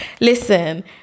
Listen